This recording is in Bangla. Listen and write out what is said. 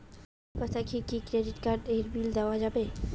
একাউন্ট থাকি কি ক্রেডিট কার্ড এর বিল দেওয়া যাবে?